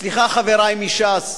סליחה, חברי מש"ס,